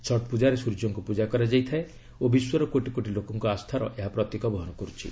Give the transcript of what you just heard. ଛଟ୍ ପୂଜାରେ ସୂର୍ଯ୍ୟଙ୍କୁ ପୂଜା କରାଯାଇଥାଏ ଓ ବିଶ୍ୱର କୋଟି କୋଟି ଲୋକଙ୍କ ଆସ୍ଥାର ଏହା ପ୍ରତୀକ ବହନ କରୁଛି